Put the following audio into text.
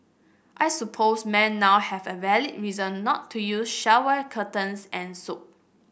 I suppose men now have a valid reason not to use shower curtains and soap